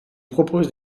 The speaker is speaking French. propose